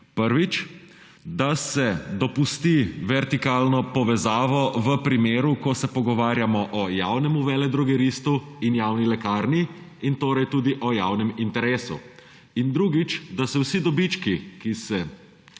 Prvič. Da se dopusti vertikalno povezavo v primeru, ko se pogovarjamo o javnem veledrogeristu in javni lekarni in torej tudi o javnem interesu. Drugič. Da se vsi dobički, ki se